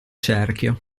cerchio